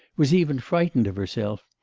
was even frightened of herself.